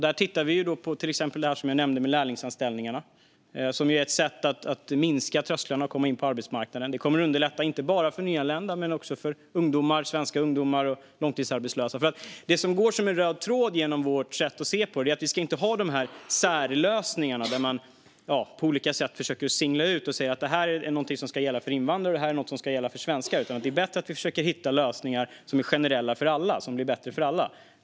Där tittar vi som jag nämnde på lärlingsanställningar, som är ett sätt att sänka trösklarna för att komma in på arbetsmarknaden. Det kommer inte bara att underlätta för nyanlända utan också för svenska ungdomar och långtidsarbetslösa. Det som går som en röd tråd genom vårt sätt att se på det är att vi inte ska ha särlösningar där man på olika sätt försöker singla ut någonting som ska gälla för invandrare och någonting annat som ska gälla för svenskar. Det är bättre att vi försöker hitta lösningar som är generella och blir bättre för alla.